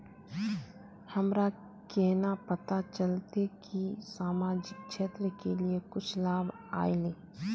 हमरा केना पता चलते की सामाजिक क्षेत्र के लिए कुछ लाभ आयले?